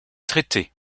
traité